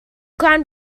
ground